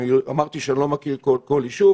אני אמרתי שאני לא מכיר כל יישוב,